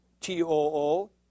T-O-O